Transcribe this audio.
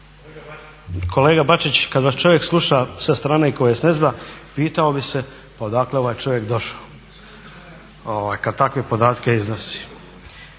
Kolega Bačić, kad vas čovjek sluša sa strane tko vas ne zna pitao bi se pa odakle je ovaj čovjek došao kad takve podatke iznosi,